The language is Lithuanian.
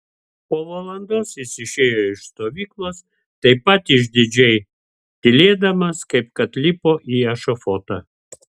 po valandos jis išėjo iš stovyklos taip pat išdidžiai tylėdamas kaip kad lipo į ešafotą